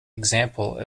example